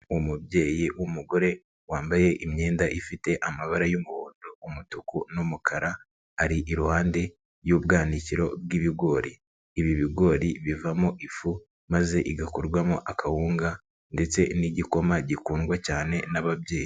Umubyeyi w'umugore wambaye imyenda ifite amabara y'umuhondo, umutuku n'umukara, ari iruhande y'ubwanikiro bw'ibigori, ibi bigori bivamo ifu maze igakorwamo akawunga ndetse n'igikoma gikundwa cyane n'ababyeyi.